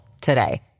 today